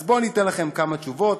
אז בואו אתן לכם כמה תשובות,